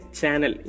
channel